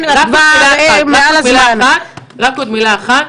רק עוד מילה אחת.